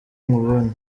nkubonye